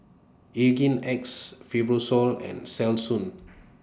Hygin X Fibrosol and Selsun